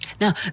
now